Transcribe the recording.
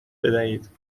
بدهید